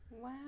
Wow